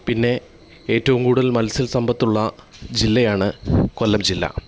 പിന്നെ ഏറ്റവും കൂടുതൽ മത്സ്യസമ്പത്തുള്ള ജില്ലയാണ് കൊല്ലം ജില്ല